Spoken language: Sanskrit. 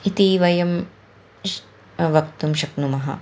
इति वयं श् वक्तुं शक्नुमः